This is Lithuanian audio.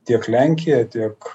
tiek lenkija tiek